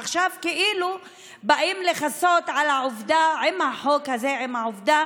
עכשיו כאילו באים לכסות עם החוק הזה על העובדה